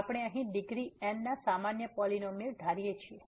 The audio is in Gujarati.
તેથી આપણે અહીં ડિગ્રી n ના સામાન્ય પોલીનોમીઅલ ધારીએ છીએ